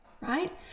right